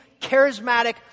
charismatic